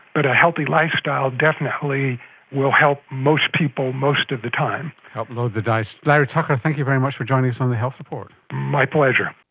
but a healthy lifestyle definitely will help most people, most of the time. help load the dice. larry tucker, thank you very much for joining us on the health report. my pleasure.